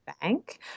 bank